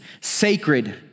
sacred